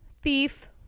Thief